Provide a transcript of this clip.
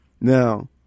Now